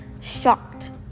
shocked